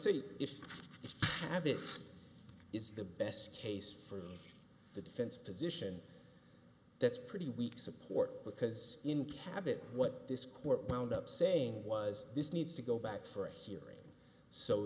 say if you have this is the best case for the defense position that's pretty weak support because in cabot what this court wound up saying was this needs to go back for a hearing so